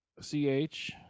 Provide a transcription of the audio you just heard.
C-H